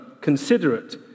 considerate